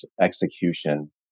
execution